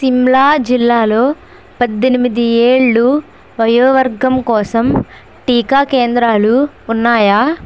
సిమ్లా జిల్లాలో పద్దెనిమిది ఏళ్ళు వయోవర్గం కోసం టీకా కేంద్రాలు ఉన్నాయా